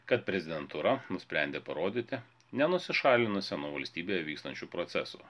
kad prezidentūra nusprendė parodyti nenusišalinusi nuo valstybėje vykstančių procesų